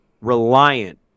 reliant